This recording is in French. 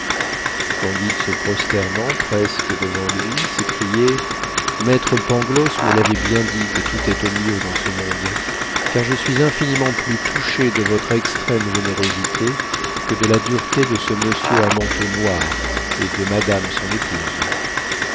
candide se prosternant presque devant lui s'écriait maître pangloss me l'avait bien dit que tout est au mieux dans ce monde car je suis infiniment plus touché de votre extrême générosité que de la dureté de ce monsieur à manteau noir et de madame son épouse